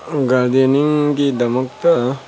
ꯒꯥꯔꯗꯦꯟꯅꯤꯡꯒꯤꯗꯃꯛꯇ